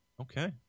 Okay